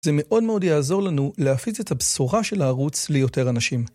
זה מאוד מאוד יעזור לנו להפיץ את הבשורה של הערוץ ליותר אנשים.